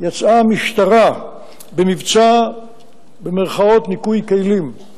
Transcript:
יצאה המשטרה במבצע "ניקוי כלים",